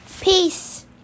Peace